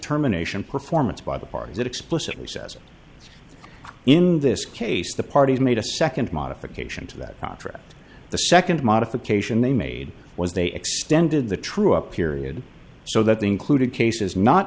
terminations performance by the parties explicitly says in this case the parties made a second modification to that contract the second modification they made was they extended the true up period so that they included cases not